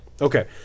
Okay